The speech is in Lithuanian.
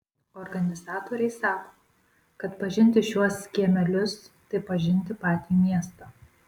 organizatoriai sako kad pažinti šiuos kiemelius tai pažinti patį miestą